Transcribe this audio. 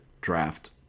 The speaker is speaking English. draft